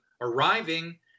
arriving